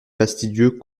fastidieux